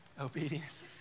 Obedience